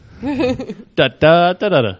Da-da-da-da-da